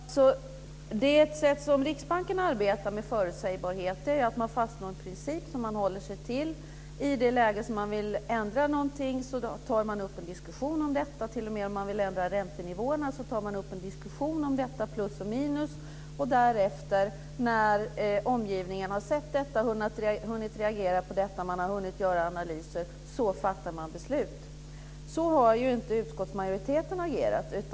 Fru talman! Det sätt som Riksbanken arbetar på när det gäller förutsägbarhet innebär att man fastslår en princip som man håller sig till. När man vill ändra någonting tar man upp en diskussion om detta. Om man vill ändra räntenivåerna tar man upp en diskussion om detta och redovisar plus och minus. Och därefter, när omgivningen har sett detta, hunnit reagera på detta och gjort analyser, fattar man beslut. Så har ju inte utskottsmajoriteten agerat.